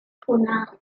hwnna